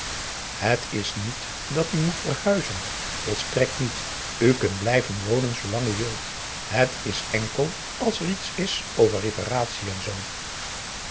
het is niet dat u moet verhuizen volstrekt niet u kunt blijven wonen zoolang u wilt het is enkel als er iets is over reparatie of zoo